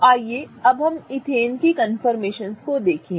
तो आइए अब हम ईथेन के कन्फर्मेशनस को देखें